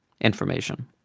information